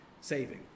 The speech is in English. saving